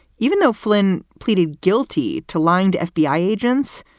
even though flynn pleaded guilty to lined fbi agents,